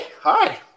hi